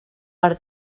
per